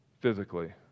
physically